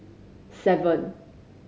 seven